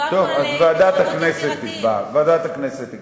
אז ועדת הכנסת תקבע.